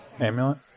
amulet